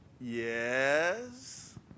Yes